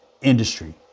industry